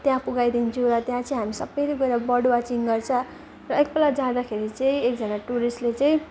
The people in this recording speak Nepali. त्यहाँ पुऱ्याइदिन्छु र त्यहाँ चाहिँ हामी सबैले गएर बर्ड वाचिङ गर्छ र एकपल्ट जाँदाखेरि चाहिँ एकजना टुरिस्टले चाहिँ